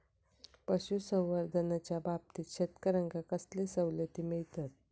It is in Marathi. पशुसंवर्धनाच्याबाबतीत शेतकऱ्यांका कसले सवलती मिळतत?